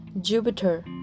Jupiter